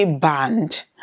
banned